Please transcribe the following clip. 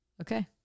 Okay